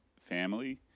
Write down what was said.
family